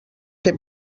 que